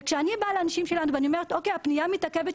כשאני באה לאנשים אצלנו ואומרת שהפניה של